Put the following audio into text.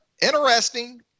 interesting